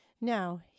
Now